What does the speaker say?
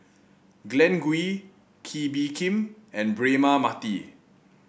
Glen Goei Kee Bee Khim and Braema Mathi